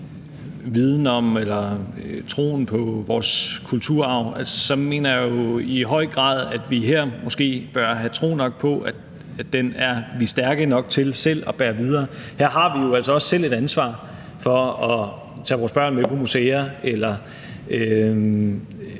viden om eller troen på vores kulturarv, så mener jeg i høj grad, at vi her måske bør have tro nok på, at den er vi stærke nok til selv at bære videre. Her har vi jo altså også selv et ansvar for at tage vores børn med på museer eller